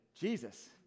Jesus